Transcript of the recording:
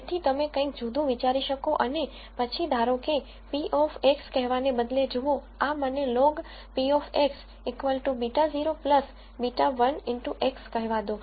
તેથી તમે કંઈક જુદું વિચારી શકો અને પછી ધારોકે p of x કહેવાને બદલે જુઓ આ મને લોગ p β0 β1 x કહેવા દો